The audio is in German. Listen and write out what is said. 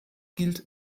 gilt